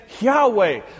Yahweh